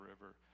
River